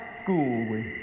school